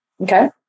okay